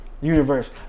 universe